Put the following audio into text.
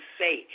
say